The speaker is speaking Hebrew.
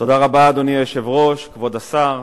אדוני היושב-ראש, תודה רבה, כבוד השר,